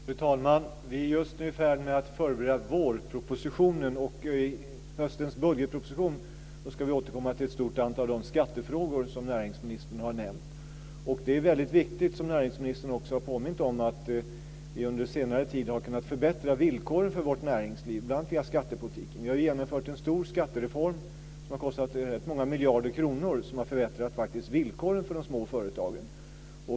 Fru talman! Vi är just nu i färd med att förbereda vårpropositionen. I höstens budgetproposition ska vi återkomma till ett stort antal av de skattefrågor som näringsministern har nämnt. Det är väldigt viktigt, som näringsministern också har påmint om, att vi under senare tid har kunnat förbättra villkoren för vårt näringsliv, bl.a. via skattepolitiken. Vi har ju genomfört en stor skattereform som har kostat rätt många miljarder kronor som faktiskt har förbättrat villkoren för de små företagen.